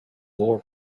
war